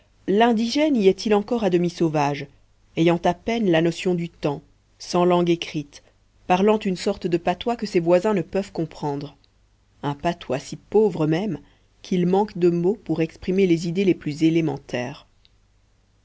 l'indigène y est-il encore à demi sauvage ayant à peine la notion du temps sans langue écrite parlant une sorte de patois que ses voisins ne peuvent comprendre un patois si pauvre même qu'il manque de mots pour exprimer les idées les plus élémentaires